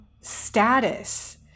status